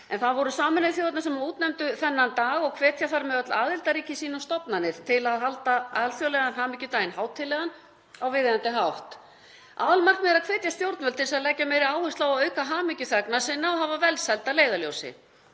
Það voru Sameinuðu þjóðirnar sem útnefndu þennan dag og hvetja þar með öll aðildarríki sín og stofnanir til að halda alþjóðlega hamingjudaginn hátíðlegan á viðeigandi hátt. Aðalmarkmiðið er að hvetja stjórnvöld til að leggja meiri áherslu á að auka hamingju þegna sinna og hafa velsæld að leiðarljósi.